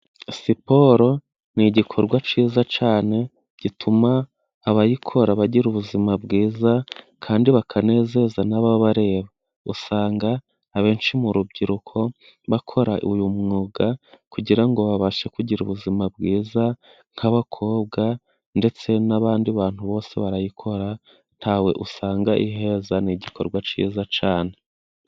Siporo ni igikorwa cyiza cyane gituma abayikora bagira ubuzima bwiza kandi bakanezeza n'ababareba, usanga abenshi mu rubyiruko bakora uyu mwuga kugira ngo babashe kugira ubuzima bwiza, nk'abakobwa ndetse n'abandi bantu bose barayikora ntawe usanga iheza ni igikorwa cyiza cyane.